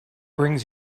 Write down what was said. brings